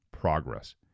progress